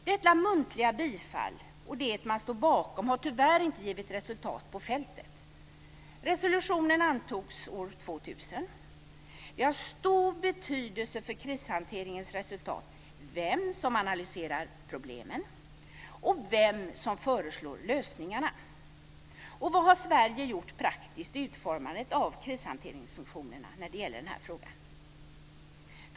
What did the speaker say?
Detta muntliga bifall och det man står bakom har tyvärr inte givit resultat på fältet. Resolutionen antogs år 2000. Det har stor betydelse för krishanteringens resultat vem som analyserar problemen och vem som föreslår lösningarna. Vad har Sverige gjort praktiskt i utformandet av krishanteringsfunktionerna när det gäller den här frågan?